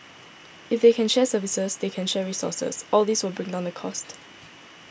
if they can share services they can share resources all these will bring down their cost